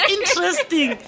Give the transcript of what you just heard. Interesting